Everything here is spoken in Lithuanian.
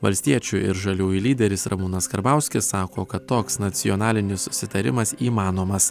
valstiečių ir žaliųjų lyderis ramūnas karbauskis sako kad toks nacionalinis susitarimas įmanomas